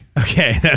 Okay